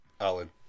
alan